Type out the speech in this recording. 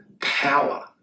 power